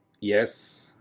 Yes